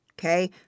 okay